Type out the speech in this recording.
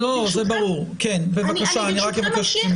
ברשותכם, אני אמשיך.